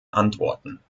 antworten